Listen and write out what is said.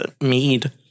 mead